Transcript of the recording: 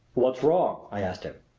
what's wrong? i asked him.